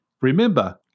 remember